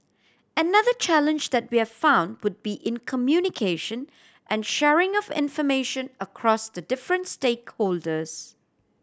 another challenge that we have found would be in communication and sharing of information across the different stakeholders